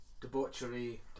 debauchery